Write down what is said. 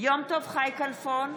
יום טוב חי כלפון,